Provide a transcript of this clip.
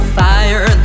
fire